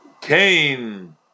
Cain